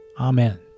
Amen